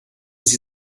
sie